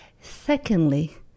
Secondly